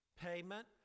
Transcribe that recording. payment